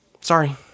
Sorry